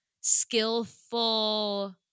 skillful